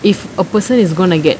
if a person is gonna get